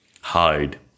hide